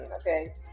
okay